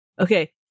Okay